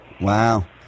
Wow